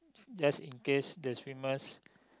just in case the swimmers